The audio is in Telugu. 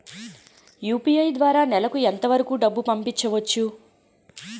యు.పి.ఐ ద్వారా నెలకు ఎంత వరకూ డబ్బులు పంపించవచ్చు?